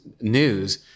news